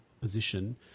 position